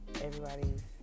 everybody's